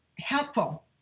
helpful